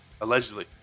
Allegedly